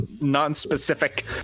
non-specific